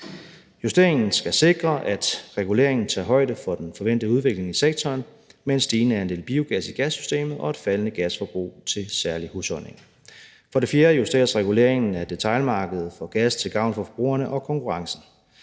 Justeringen skal sikre, at reguleringen tager højde for den forventede udvikling i sektoren med en stigende andel biogas i gassystemet og et faldende gasforbrug til særlig husholdninger. For det fjerde justeres reguleringen af detailmarkedet for gas til gavn for forbrugerne og konkurrencen.